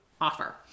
offer